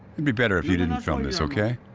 would be better if you didn't film this. ok?